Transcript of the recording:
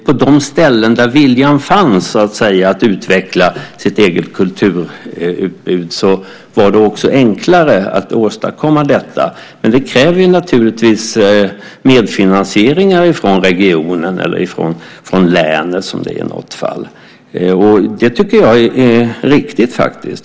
På de ställen där viljan fanns att utveckla ett eget kulturutbud var det också enklare att åstadkomma detta, men det kräver naturligtvis medfinansiering från regionen, eller från länet, som det är i något fall. Jag tycker att det är riktigt.